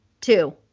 two